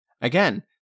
Again